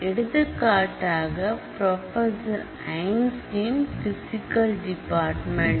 எடுத்துக்காட்டாக professor Einstein physics department